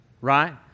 right